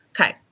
Okay